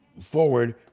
forward